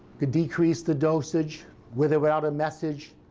could decrease the dosage with or without a message,